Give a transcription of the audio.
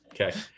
okay